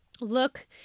look